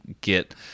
get